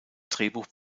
drehbuch